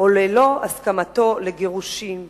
או ללא הסכמתו לגירושים.